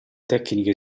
tecniche